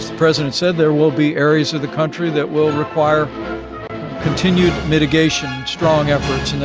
president said there will be areas of the country that will require continued mitigation, strong efforts,